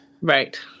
Right